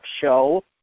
show